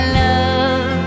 love